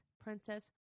princess